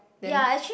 then